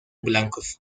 blancos